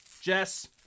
Jess